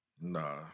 Nah